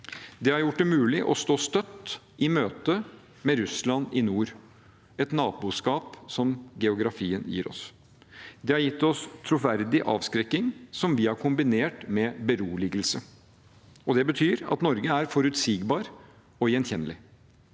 Det har gjort det mulig å stå støtt i møte med Russland i nord, et naboskap som geografien gir oss. Det har gitt oss troverdig avskrekking som vi har kombinert med beroligelse. Det betyr at Norge er forutsigbart og gjenkjennelig.